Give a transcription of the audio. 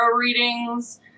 readings